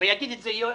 יגיד את זה יואל,